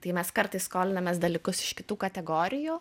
tai mes kartais skolinamės dalykus iš kitų kategorijų